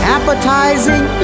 Appetizing